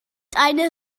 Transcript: eine